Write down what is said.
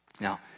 Now